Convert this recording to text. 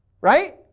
Right